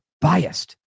biased